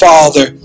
Father